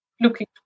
looking